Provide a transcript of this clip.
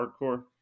hardcore